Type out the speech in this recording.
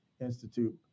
Institute